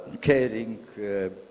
caring